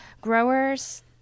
growers